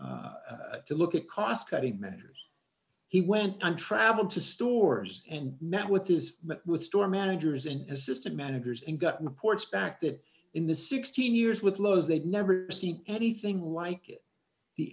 do to look at cost cutting measures he went on travel to stores and met with is met with store managers and assistant managers and got reports back that in the sixteen years with laws they've never seen anything like it the